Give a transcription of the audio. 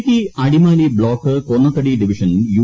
Idukki Adimali block Konnathady division U